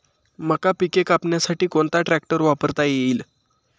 मका पिके कापण्यासाठी कोणता ट्रॅक्टर वापरता येईल?